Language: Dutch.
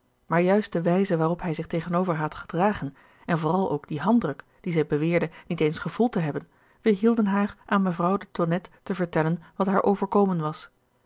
maar juist de wijze waarop hij zich tegenover haar had gedragen en vooral ook die handdruk dien zij beweerde niet eens gevoeld te hebben weerhielden haar aan mevrouw de tonnette te vertellen wat haar overkomen was